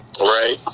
Right